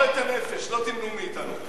למסור את הנפש לא תמנעו מאתנו.